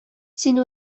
син